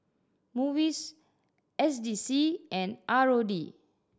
MUIS S D C and R O D